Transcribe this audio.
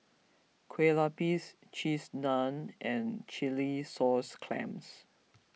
Kueh Lupis Cheese Naan and Chilli Sauce Clams